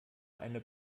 eine